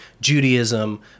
Judaism